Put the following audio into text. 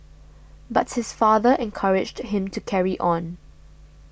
but his father encouraged him to carry on